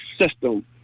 system